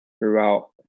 throughout